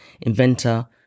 inventor